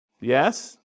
Yes